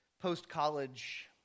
post-college